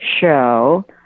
show